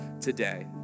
today